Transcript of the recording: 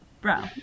bro